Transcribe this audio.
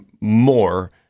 more